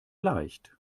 leicht